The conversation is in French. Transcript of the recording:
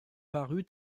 paru